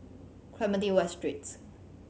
Clementi West Street